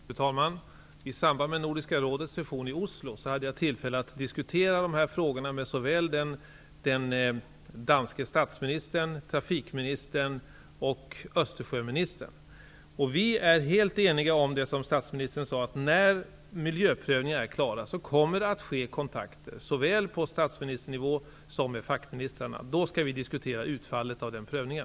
Fru talman! I samband med Nordiska rådets session i Oslo hade jag tillfälle att diskutera dessa frågor såväl med den danske statsministern som med trafikministern och Östersjöministern. Vi är helt eniga om det som statsministern sade, nämligen att det när miljöprövningen är klar kommer att tas kontakter, såväl på statsministernivå som mellan fackministrarna. Då skall vi diskutera utfallet av miljöprövningen.